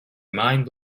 mind